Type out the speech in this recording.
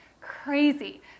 crazy